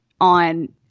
on